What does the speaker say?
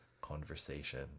conversation